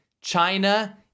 China